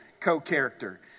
co-character